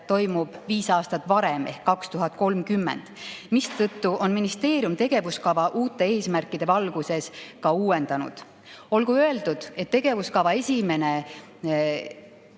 toimub viis aastat varem ehk 2030, mistõttu on ministeerium tegevuskava uute eesmärkide valguses ka uuendanud. Olgu öeldud, et tegevuskava esimeses